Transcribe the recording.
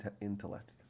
intellect